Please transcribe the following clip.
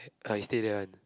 uh he stay there [one]